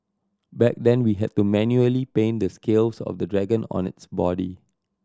back then we had to manually paint the scales of the dragon on its body